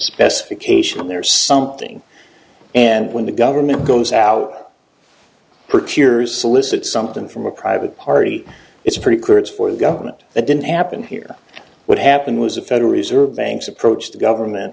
specification there or something and when the government goes out procurers solicit something from a private party it's pretty clear it's for the government that didn't happen here what happened was a federal reserve banks approached the government